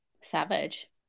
Savage